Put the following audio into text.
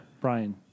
Brian